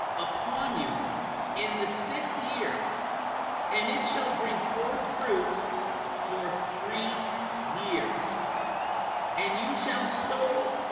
upon you in the sixth year and it shall bring forth fruit for three years and you shall sow?